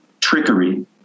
trickery